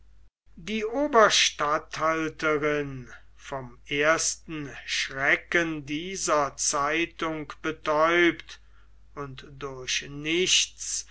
die oberstatthalterin vom ersten schrecken dieser zeitung betäubt und durch nichts